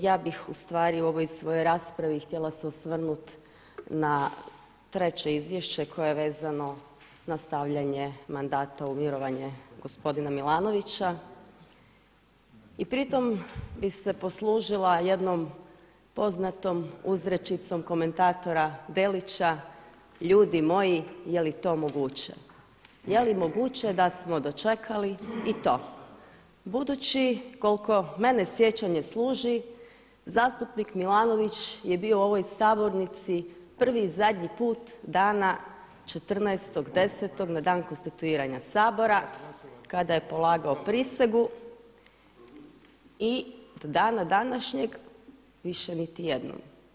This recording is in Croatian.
Ja bih ustvari u ovoj svojoj raspravi htjela se osvrnuti na treće izvješće koje je vezano na stavljanje mandata u mirovanje gospodina Milanovića i pritom bih se poslužila jednom poznatom uzrečicom komentatora Delića: „Ljudi moji, je li to moguće!“, je li moguće da smo dočekali i to budući koliko mene sjećanje služi zastupnik Milanović je bio u ovoj Sabornici prvi i zadnji put dana 14.10. na dan konstituiranja Sabora kada je polagao prisegu i do dana današnjega više niti jednom.